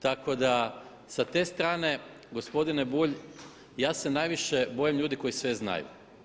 Tako da sa te strane gospodine Bulj ja se najviše bojim ljudi koji sve znaju.